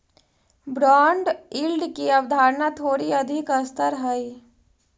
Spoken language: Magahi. बॉन्ड यील्ड की अवधारणा थोड़ी अधिक स्तर हई